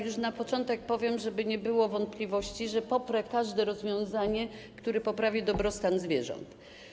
Już na początek powiem, żeby nie było wątpliwości, że poprę każde rozwiązanie, które poprawi dobrostan zwierząt.